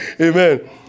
Amen